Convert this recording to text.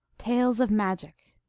tales of magic.